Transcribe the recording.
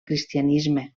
cristianisme